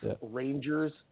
Rangers